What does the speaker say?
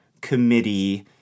committee